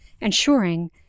ensuring